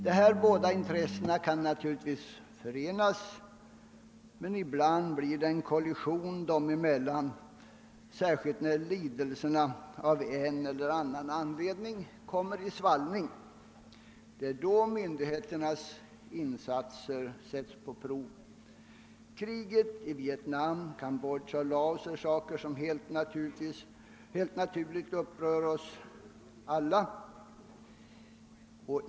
Dessa båda intressen kan förenas, men ibland blir det en kollision dem emellan, särskilt när lidelserna av en eller annan anledning råkar i svallning. Det är då myndigheternas insatser sätts på prov. Kriget i Vietnam, Kambodja och Laos upprör helt naturligt oss alla.